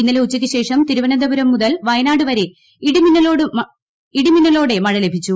ഇന്നലെ ഉച്ചയ്ക്ക് ശേഷം തിരുവനന്തപുരം മുതൽ വയനാട് വരെ ഇടിമിന്നലോടെ മഴ ലഭിച്ചു